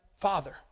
father